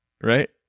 right